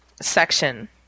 section